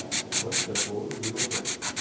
just one step forward we may take.